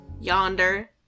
yonder